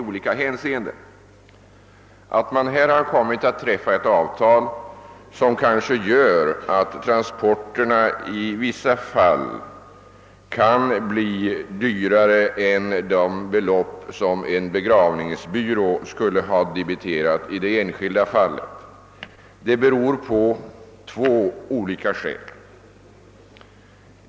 Att man i detta fall kommit att träffa ett avtal enligt vilket transportkostnaderna i vissa fall kan bli högre än en begravningsbyrå skulle ha debiterat i det enskilda fallet har två orsaker.